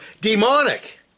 demonic